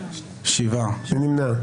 מי נמנע?